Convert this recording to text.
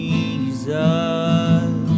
Jesus